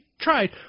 tried